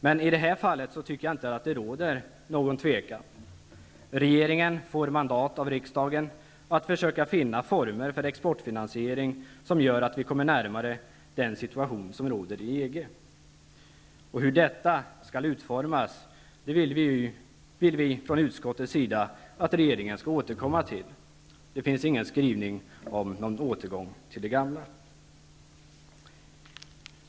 Men i det här fallet tycker jag inte att det råder någon tvekan. Regeringen får mandat av riksdagen att försöka finna former för exportfinansiering som gör att vi kommer närmare den situation som råder i EG. Hur detta skall utformas vill vi från utskottets sida att regeringen skall återkomma till. Det finns ingen skrivning om någon återgång till det gamla.